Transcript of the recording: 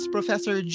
Professor